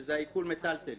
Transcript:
שזה עיקול המיטלטלין,